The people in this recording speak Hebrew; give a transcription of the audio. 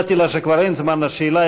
הודעתי לה שכבר אין זמן לשאלה,